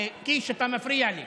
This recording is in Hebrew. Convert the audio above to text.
קיש, אתה מפריע לי.